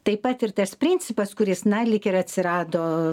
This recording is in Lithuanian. taip pat ir tas principas kuris na lyg ir atsirado